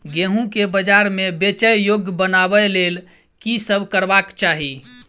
गेंहूँ केँ बजार मे बेचै योग्य बनाबय लेल की सब करबाक चाहि?